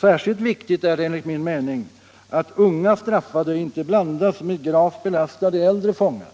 Särskilt viktigt är det enligt min mening att unga straffade inte blandas med gravt belastade äldre fångar.